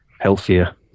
healthier